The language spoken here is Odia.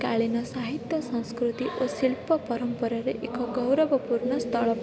କାଳିନ ସାହିତ୍ୟ ସାସ୍କୃତି ଓ ଶିଳ୍ପ ପରମ୍ପରାରେ ଏକ ଗୌରବ ପୂର୍ଣ୍ଣସ୍ଥଳ